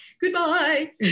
Goodbye